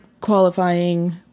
qualifying